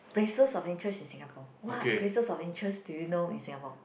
places of interest in Singapore what places of interest do you know in Singapore